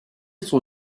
son